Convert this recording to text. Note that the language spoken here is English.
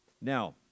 Now